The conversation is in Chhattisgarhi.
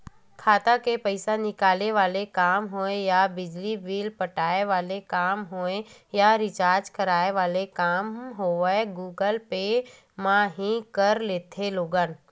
खाता ले पइसा निकाले वाले काम होय या बिजली बिल पटाय वाले काम होवय या रिचार्ज कराय वाले काम होवय गुगल पे म ही कर लेथे लोगन